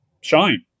shine